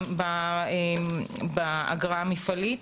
באגרה המפעלית.